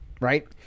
Right